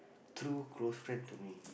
true close friend to me